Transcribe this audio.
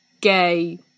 gay